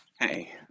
Hey